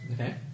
Okay